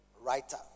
writer